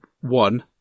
one